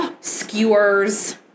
skewers